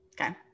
okay